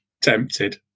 tempted